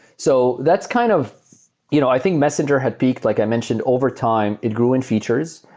so that's kind of you know i think messenger had peaked, like i mentioned, over time. it grew and features.